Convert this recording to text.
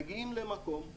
מגיעים למקום,